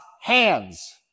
hands